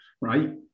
right